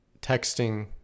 texting